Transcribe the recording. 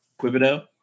Quibido